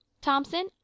Thompson